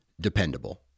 dependable